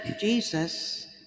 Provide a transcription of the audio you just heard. Jesus